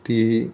ती ही